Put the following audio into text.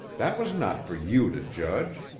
that was not for you to judge.